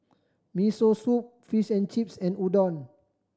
Miso Soup Fish and Chips and Udon